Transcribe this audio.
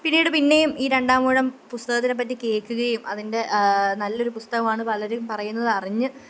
പിന്നീട് പിന്നെയും ഈ രണ്ടാമൂഴം പുസ്തകത്തിനെപ്പ റ്റി കേൾക്കുകയും അതിന്റെ നല്ലൊരു പുസ്തകമാണെന്ന് പലരും പറയുന്നതറിഞ്ഞ്